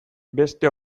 beste